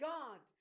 God